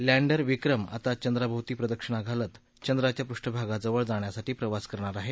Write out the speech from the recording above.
lander Vikram आता चंद्राभोवती प्रदक्षिणा घालत चंद्राच्या पृष्ठभागाजवळ जाण्यासाठी प्रवास करणार आहे